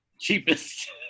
cheapest